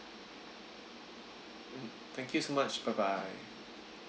mm thank you so much bye bye